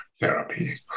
therapy